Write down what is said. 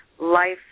life